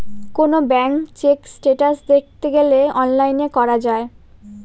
কোনো bank check status দেখতে গেলে অনলাইনে করা যায়